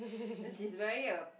and she's wearing a